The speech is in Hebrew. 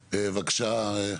בבקשה.